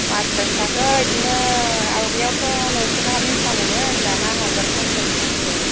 मास स्राइसआथ' इदिनो आवगायाथ' नइस' गाहामनि फानोमोन दाना हाजार पन्सासनि फानसै